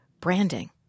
branding